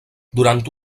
durant